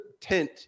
tent